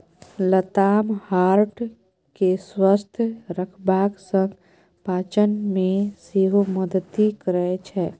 लताम हार्ट केँ स्वस्थ रखबाक संग पाचन मे सेहो मदति करय छै